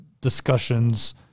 discussions